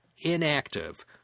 inactive